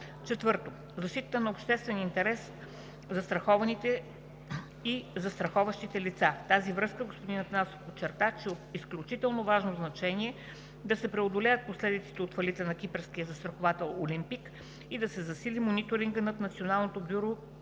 4. Защита на обществения интерес, застрахованите и застраховащите лица. В тази връзка господин Атанасов подчерта, че от изключително важно значение е да се преодолеят последиците от фалита на кипърския застраховател „Олимпик“ и да се засили мониторинга над Националното бюро